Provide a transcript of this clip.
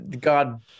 God